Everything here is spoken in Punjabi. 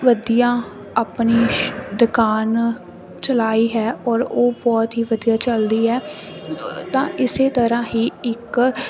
ਵਧੀਆ ਆਪਣੀ ਦੁਕਾਨ ਚਲਾਈ ਹੈ ਔਰ ਉਹ ਬਹੁਤ ਹੀ ਵਧੀਆ ਚੱਲਦੀ ਹੈ ਤਾਂ ਇਸੇ ਤਰ੍ਹਾਂ ਹੀ ਇੱਕ